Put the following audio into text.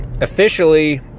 officially